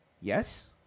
Yes